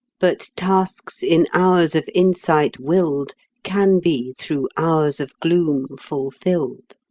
but tasks in hours of insight willed can be through hours of gloom fulfilled.